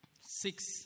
Six